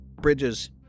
bridges